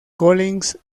collins